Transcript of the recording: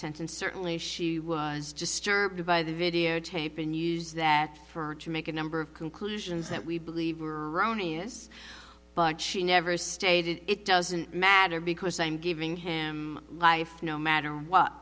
sentence certainly she was just served by the videotape and use that for her to make a number of conclusions that we believed were erroneous but she never stated it doesn't matter because i'm giving him life no matter what